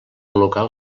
local